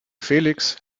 felix